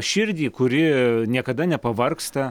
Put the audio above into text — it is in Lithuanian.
širdį kuri niekada nepavargsta